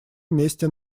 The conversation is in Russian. вместе